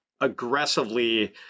aggressively